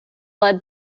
led